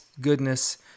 goodness